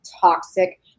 toxic